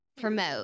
promote